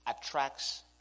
attracts